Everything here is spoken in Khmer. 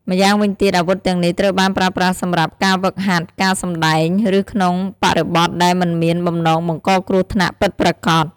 ម្យ៉ាងវិញទៀត អាវុធទាំងនេះត្រូវបានប្រើប្រាស់សម្រាប់ការហ្វឹកហាត់ ការសម្តែង ឬក្នុងបរិបទដែលមិនមានបំណងបង្កគ្រោះថ្នាក់ពិតប្រាកដ។